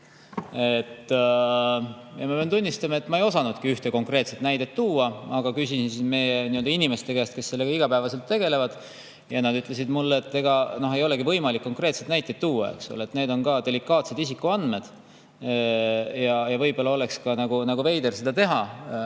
Ma pean tunnistama, et ma ei osanudki ühte konkreetset näidet tuua, aga küsisin siis meie inimeste käest, kes sellega igapäevaselt tegelevad. Nad ütlesid mulle, et ega ei olegi võimalik konkreetseid näiteid tuua, need on delikaatsed isikuandmed ja võib-olla oleks veider seda teha.